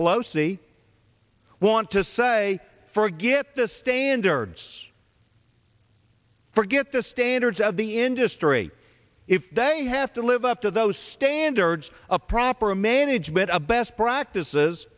pelosi want to say forget the standards forget the standards of the industry if they have to live up to those standards of proper management of best practices